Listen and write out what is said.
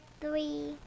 three